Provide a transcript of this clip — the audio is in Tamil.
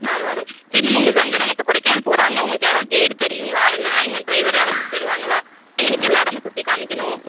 நாள் வாடகை சரி மேம் உங்களுக்கு அங்கே நாங்கள் இப்போது கொடைக்கானல் போகிறோம் அங்கே உங்களுக்கு யாராவது கெயிடு தெரியுங்களா இல்லைனா இவங்க டிரைவரே அழைச்சிட்டு போயிடுவாங்ளா எங்களுக்கு எல்லா இடமு சுற்றி காமிக்கணும்